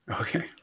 Okay